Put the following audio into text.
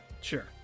Sure